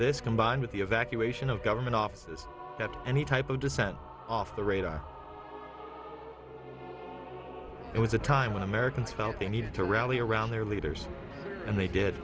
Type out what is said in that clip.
this combined with the evacuation of government offices any type of dissent off the radar it was a time when americans felt they needed to rally around their leaders and they did